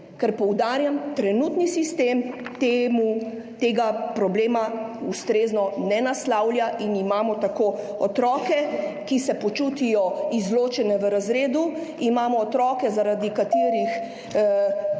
Poudarjam, trenutni sistem tega problema ne naslavlja ustrezno in imamo tako otroke, ki se počutijo izločeni v razredu, imamo otroke, zaradi katerih